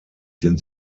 sind